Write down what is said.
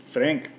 Frank